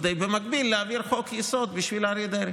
כדי במקביל להעביר חוק-יסוד בשביל אריה דרעי.